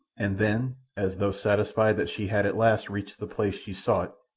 and then as though satisfied that she had at last reached the place she sought,